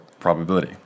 probability